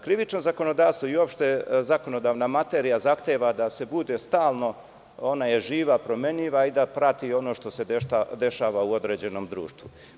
Krivično zakonodavstvo i uopšte zakonodavna materija zahteva da se bude stalno, ona je živa, promenljiva i da prati ono što se dešava u određenom društvu.